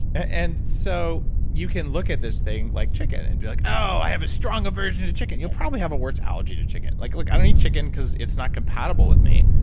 and so you can look at this thing like chicken and be like, oh, i have a strong aversion to chicken. you'll probably have a worst allergy to chicken. like look, i don't eat chicken because it's not compatible with me.